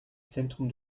zentrum